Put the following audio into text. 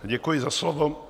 Děkuji za slovo.